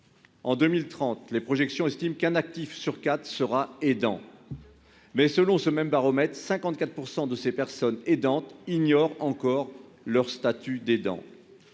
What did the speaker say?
En 2030, selon les projections, un actif sur quatre sera aidant. Selon ce même baromètre, 54 % de ces personnes aidantes ignorent encore leur statut d'aidant.